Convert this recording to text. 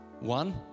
one